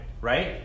right